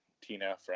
tina